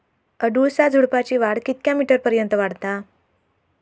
अडुळसा झुडूपाची वाढ कितक्या मीटर पर्यंत वाढता?